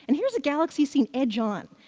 and here's a galaxy seen edge-on.